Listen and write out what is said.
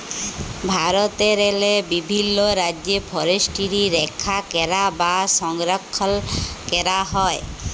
ভারতেরলে বিভিল্ল রাজ্যে ফরেসটিরি রখ্যা ক্যরা বা সংরখ্খল ক্যরা হয়